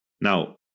Now